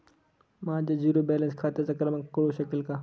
माझ्या zero balance खात्याचा क्रमांक कळू शकेल का?